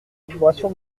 vibration